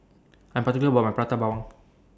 I'm particular about My Prata Bawang